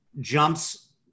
jumps